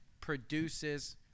produces